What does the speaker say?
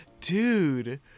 dude